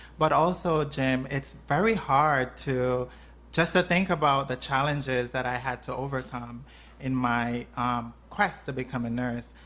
but also, jim, it's very hard to just think about the challenges that i had to overcome in my quest to become a nurse.